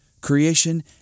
Creation